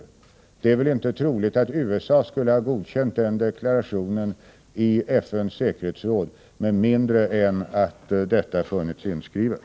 Det är väl inte troligt att USA skulle ha godkänt den resolutionen i FN:s säkerhetsråd med mindre än att detta hade funnits inskrivet.